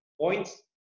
points